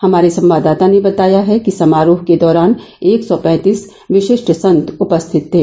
हमारे संवाददाता ने बताया है कि समारोह के दौरान एक सौ पैंतीस विशिष्ट संत उपस्थित थे